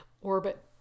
orbit